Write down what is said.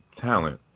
talent